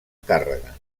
càrrega